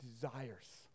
desires